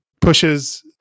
pushes